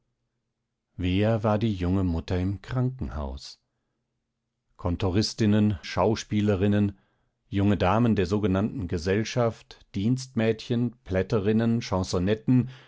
wer war die junge mutter im krankenhaus kontoristinnen schauspielerinnen junge damen der sogenannten gesellschaft dienstmädchen plätterinnen chansonetten